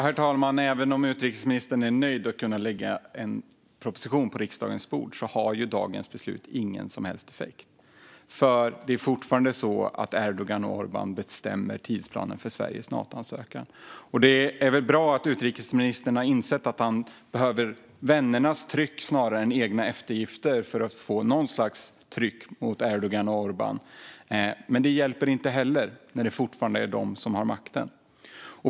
Herr talman! Även om utrikesministern är nöjd med att kunna lägga en proposition på riksdagens bord har ju dagens beslut ingen som helst effekt. Det är fortfarande Erdogan och Orbán som bestämmer tidsplanen för Sveriges Natoansökan. Det är väl bra att utrikesministern har insett att det är vännernas tryck snarare än egna eftergifter som behövs för att få något slags tryck mot Erdogan och Orbán, men det hjälper inte heller när det fortfarande är de som har makten.